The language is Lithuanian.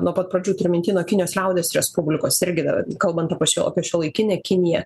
nuo pat pradžių turiu minty nuo kinijos liaudies respublikos irgi dar kalbant apie šiuolai šiuolaikinę kiniją